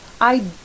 I